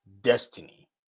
destiny